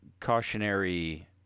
cautionary